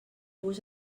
bus